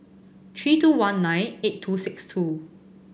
three two one nine eight two six two